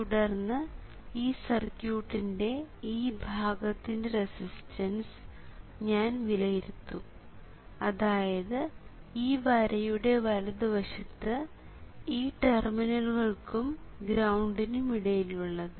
തുടർന്ന് ഈ സർക്യൂട്ടിന്റെ ഈ ഭാഗത്തിന്റെ റെസിസ്റ്റൻസ് ഞാൻ വിലയിരുത്തും അതായത് ഈ വരയുടെ വലതുവശത്ത് ഈ ടെർമിനലുകൾ ക്കും ഗ്രൌണ്ടിനും ഇടയിലുള്ളത്